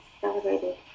celebrated